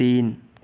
तीन